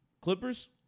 Clippers